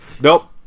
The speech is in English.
nope